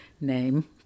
name